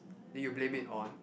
then you blame it on